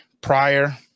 prior